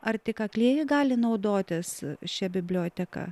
ar tik aklieji gali naudotis šia biblioteka